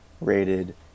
rated